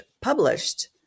published